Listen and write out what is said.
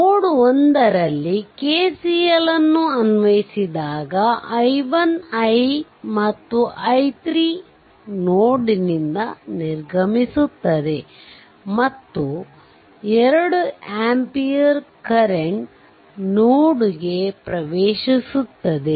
ನೋಡ್ 1 ಲ್ಲಿ KCL ನ್ನು ಅನ್ವಯಿಸಿದಾಗ i1 i ಮತ್ತು i3 ನೋಡ್ ನಿಂದ ನಿರ್ಗಮಿಸುತ್ತದೆ ಮತ್ತು 2 ampere ಕರೆಂಟ್ ನೋಡ್ ಗೆ ಪ್ರವೇಶಿಸುತ್ತದೆ